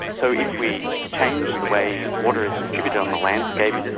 so if we changed the way water is distributed on the landscape,